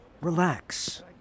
relax